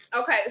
Okay